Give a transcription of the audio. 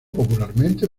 popularmente